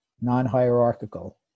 non-hierarchical